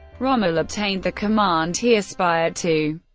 rommel obtained the command he aspired to,